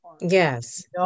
yes